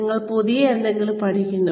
നിങ്ങൾ പുതിയ എന്തെങ്കിലും പഠിക്കുന്നു